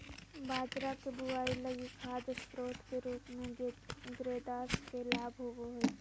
बाजरा के बुआई लगी खाद स्रोत के रूप में ग्रेदास के लाभ होबो हइ